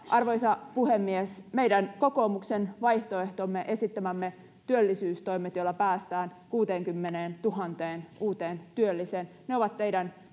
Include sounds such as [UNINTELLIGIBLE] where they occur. arvoisa puhemies meidän kokoomuksen vaihtoehto esittämämme työllisyystoimet joilla päästään kuuteenkymmeneentuhanteen uuteen työlliseen ovat teidän [UNINTELLIGIBLE]